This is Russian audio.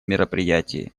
мероприятии